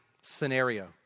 scenario